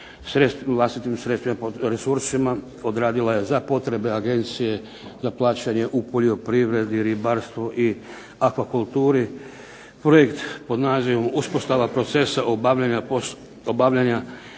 vlastitim resursima odradila je za potrebe agencije za plaćanje u poljoprivredi, ribarstvu i akvakulturi projekt pod nazivom "Uspostava procesa obavljanja